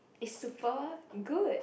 it's super good